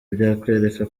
byakwereka